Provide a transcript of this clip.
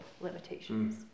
limitations